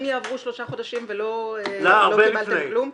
אם יעברו שלושה חודשים ולא קיבלתם כלום,